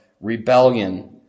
rebellion